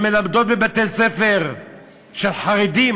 הן מלמדות בבתי-ספר של חרדים,